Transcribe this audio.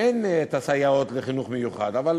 אין הסייעות לחינוך מיוחד, אבל